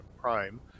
Prime